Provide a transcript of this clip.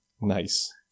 Nice